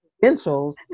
credentials